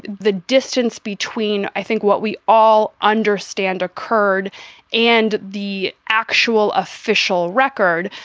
the distance between i think what we all understand occurred and the actual official record,